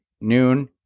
noon